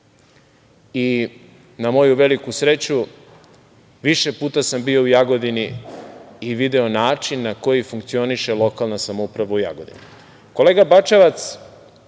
i na moju veliku sreću više puta sam bio u Jagodini i video način na koji funkcioniše lokalna samouprava u Jagodini. Kolega Bačevac,